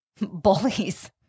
bullies